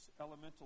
elemental